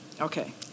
Okay